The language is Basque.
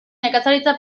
nekazaritza